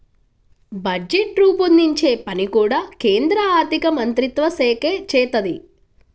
budget రూపొందించే పని కూడా కేంద్ర ఆర్ధికమంత్రిత్వశాఖే చేత్తది